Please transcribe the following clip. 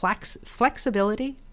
flexibility